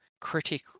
critic